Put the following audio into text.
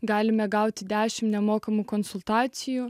galime gauti dešimt nemokamų konsultacijų